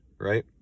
right